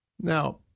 Now